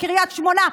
בקריית שמונה,